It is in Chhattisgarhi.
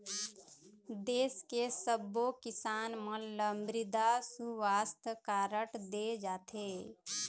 देस के सब्बो किसान मन ल मृदा सुवास्थ कारड दे जाथे